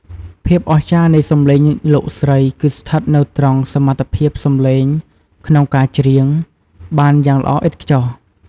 ភាពអស្ចារ្យនៃសំឡេងលោកស្រី គឺស្ថិតនៅត្រង់ សមត្ថភាពសម្លេងក្នុងការច្រៀង បានយ៉ាងល្អឥតខ្ចោះ។